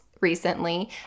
recently